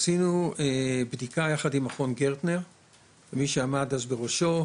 עשינו בדיקה יחד עם מכון גרטנר ומי שעמד אז בראשו,